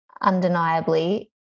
undeniably